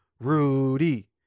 Rudy